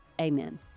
amen